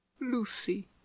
lucy